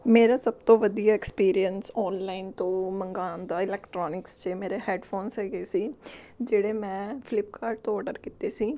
ਮੇਰਾ ਸਭ ਤੋਂ ਵਧੀਆ ਐਕਸਪੀਰੀਐਂਸ ਔਨਲਾਈਨ ਤੋਂ ਮੰਗਾਉਣ ਦਾ ਇਲੈਕਟ੍ਰੋਨਿਕਸ 'ਚ ਮੇਰੇ ਹੈੱਡਫੋਨਸ ਹੈਗੇ ਸੀ ਜਿਹੜੇ ਮੈਂ ਫਲਿੱਪਕਾਰਟ ਤੋਂ ਔਡਰ ਕੀਤੇ ਸੀ